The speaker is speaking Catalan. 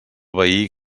veí